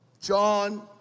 John